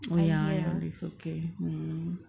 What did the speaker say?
oh ya you on leave okay mm